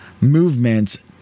movement